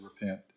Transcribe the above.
repent